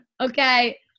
okay